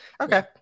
Okay